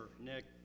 Nick